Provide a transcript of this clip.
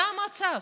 זה המצב.